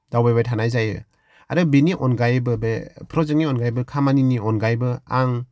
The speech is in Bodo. दावबायबाय थानाय जायो आरो बेनि अनगायैबो बे प्रजेक्तनि अनगायैबो खामानिनि अनगायैबो आं